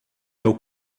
meu